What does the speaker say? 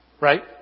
right